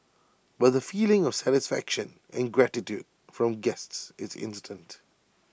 but the feeling of satisfaction and gratitude from guests is instant